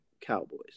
Cowboys